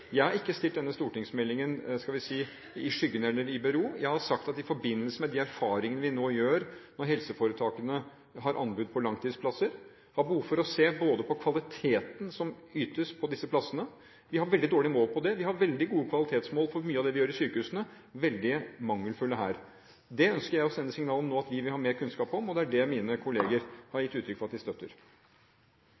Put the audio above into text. Jeg har ikke stilt denne stortingsmeldingen i skyggen eller i bero. Jeg har sagt at vi i forbindelse med de erfaringene vi nå gjør når helseforetakene har anbud på langtidsplasser, har behov for å se på kvaliteten som ytes på disse plassene. Vi har veldig dårlige mål på det. Vi har veldig gode kvalitetsmål for mye av det vi gjør i sykehusene, men veldig mangelfulle her. Jeg ønsker nå å sende signaler om at vi vil ha mer kunnskap om dette, og det er det mine kolleger har